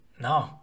No